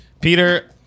Peter